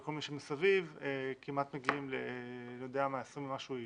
וכל מה שמסביב כמעט מגיעים ל-20 ומשהו איש.